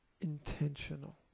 Intentional